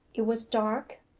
it was dark,